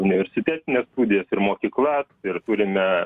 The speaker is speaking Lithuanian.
universitetines studijas ir mokyklas ir turime